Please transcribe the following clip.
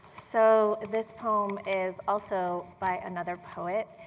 so, this poem is also by another poet,